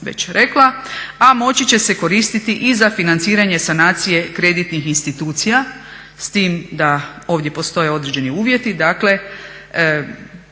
već rekla, a moći će se koristiti i za financiranje sanacije kreditnih institucija s tim da ovdje postoje određeni uvjeti. Dakle,